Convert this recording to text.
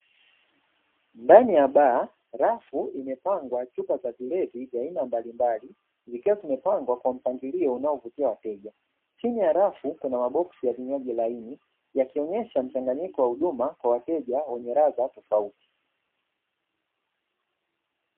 Ndani ya baa rafu imepangwa chupa za vilevi vya aina mbali mbali vikiwa vimepangwa kwa mpangilio unaovutia wateja, chini ya rafu kuna maboksi ya vinywaji laini yakionesha mchanganyiko wa huduma kwa wateja wenye radha tofauti.